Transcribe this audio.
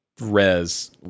res